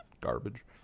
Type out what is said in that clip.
garbage